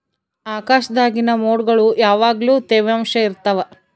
ಆಕಾಶ್ದಾಗಿನ ಮೊಡ್ಗುಳು ಯಾವಗ್ಲು ತ್ಯವಾಂಶ ಇರ್ತವ